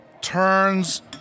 turns